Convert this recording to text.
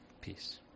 Peace